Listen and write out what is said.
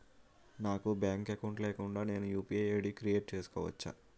నాకు bank account లేకుండా నేను యు.పి.ఐ ఐ.డి క్రియేట్ చేసుకోవచ్చా?